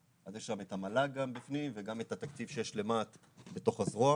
אז יש שם את המל"ג גם בפנים וגם את התקציב שיש למה"ט בתוך הזרוע.